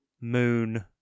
Moon